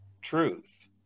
truth